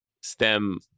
STEM